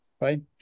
right